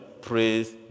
praise